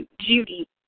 Judy